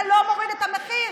זה לא מוריד את המחיר.